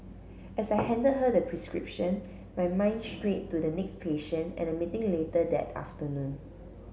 as I handed her the prescription my mind strayed to the next patient and a meeting later that afternoon